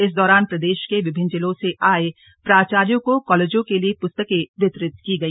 इस दौरान प्रदेश के विभिन्न जिलों से आए प्राचार्यों को कॉलेजों के लिए पुस्तकें वितरित की गई